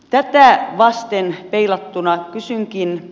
tätä vasten peilattuna kysynkin